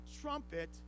trumpet